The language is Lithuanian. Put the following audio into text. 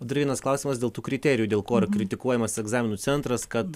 dar vienas klausimas dėl tų kriterijų dėl ko yra kritikuojamas egzaminų centras kad